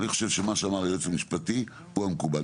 אני חושב שמה שאמר היועץ המשפטי הוא המקובל.